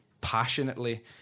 passionately